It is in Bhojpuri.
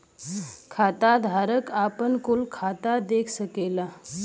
खाताधारक आपन कुल खाता देख सकला